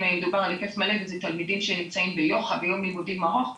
אם דובר על היקף מלא וזה תלמידים שנמצאים ביום לימודים ארוך,